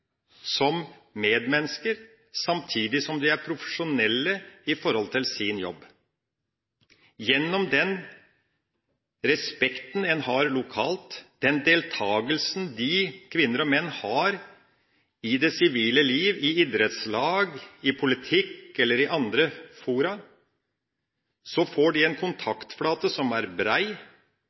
som medmennesker, samtidig som de var profesjonelle i sin jobb. Gjennom den respekten en har lokalt, den deltakelsen de kvinnene og mennene har i det sivile liv, i idrettslag, i politikk eller i andre fora, får de en kontaktflate som er brei,